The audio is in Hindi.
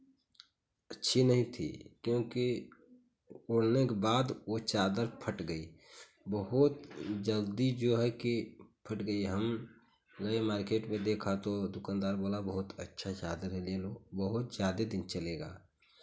अच्छी नहीं थी क्योंकि ओढ़ने के बाद वो चादर फट गयी बहुत जल्दी जो है कि फट गयी हम नये मार्केट में देखा तो दुकानदार बोला बहुत अच्छा चादर है ले लो बहुत ज़्यादे दिन चलेगा